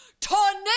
tornado